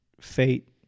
fate